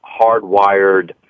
hardwired